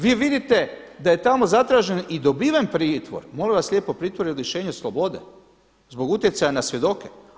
Vi vidite da je tamo zatražen i dobiven pritvor, molim vas lijepo pritvor je lišenje slobode zbog utjecaja na svjedoke.